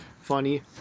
funny